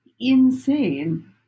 Insane